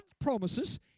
promises